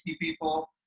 people